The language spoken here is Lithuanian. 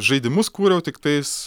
žaidimus kūriau tiktais